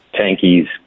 tankies